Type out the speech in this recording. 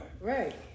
Right